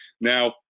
Now